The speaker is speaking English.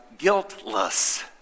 guiltless